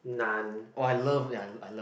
oh I love ya I love